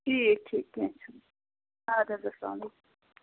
ٹھیٖک ٹھیٖک کیٚنٛہہ چھُنہٕ ادٕ حظ اسلام علیکُم